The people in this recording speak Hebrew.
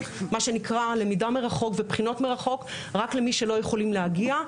מה שנקרא למידה מרחוק ובחינות מרחוק רק למי שלא יכולים להגיע.